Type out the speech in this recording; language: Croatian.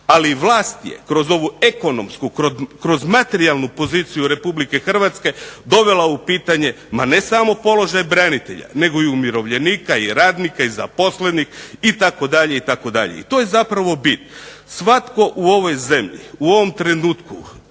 ali vlast je kroz ovu ekonomsku, kroz materijalnu poziciju RH dovela u pitanje ma ne samo položaj branitelja nego i umirovljenika i radnika i zaposlenih itd., itd. I to je zapravo bit. Svatko u ovoj zemlji u ovom trenutku